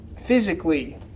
physically